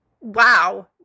wow